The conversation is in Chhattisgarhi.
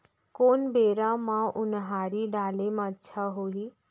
कोन बेरा म उनहारी डाले म अच्छा होही?